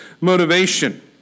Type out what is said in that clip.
motivation